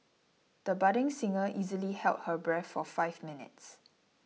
the budding singer easily held her breath for five minutes